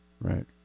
Right